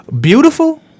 beautiful